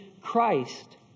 Christ